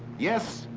yes,